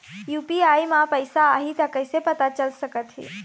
UPI म पैसा आही त कइसे पता चल सकत हे?